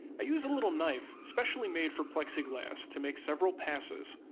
i use a little knife specially made for plexiglass to make several passes.